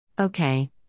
Okay